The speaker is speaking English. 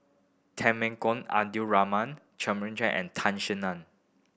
Temenggong Abdul Rahman Jumabhoy and Tan Sin Aun